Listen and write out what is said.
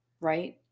right